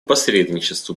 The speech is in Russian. посредничеству